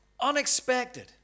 unexpected